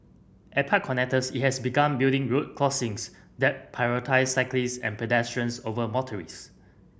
at park connectors it has begun building road crossings that prioritise cyclists and pedestrians over motorist